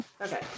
Okay